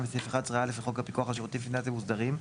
בסעיף 11א לחוק הפיקוח על שירותים פיננסיים מוסדרים,